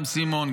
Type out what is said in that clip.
גם סימון,